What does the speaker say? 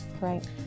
Right